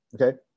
Okay